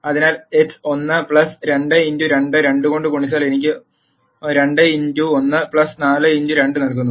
അതിനാൽ x1 2x2 2 കൊണ്ട് ഗുണിച്ചാൽ എനിക്ക് 2x1 4x2 നൽകുന്നു